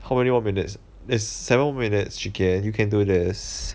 how many more minutes there's seven more minutes chee ken you can do this